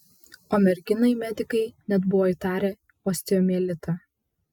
o merginai medikai net buvo įtarę osteomielitą